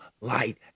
light